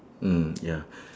mm ya